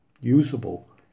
usable